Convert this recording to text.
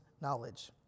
knowledge